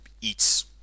eats